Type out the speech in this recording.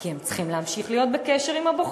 כי הם צריכים להמשיך להיות בקשר עם הבוחר.